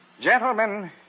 Gentlemen